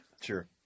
Sure